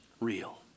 real